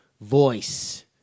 voice